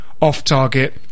off-target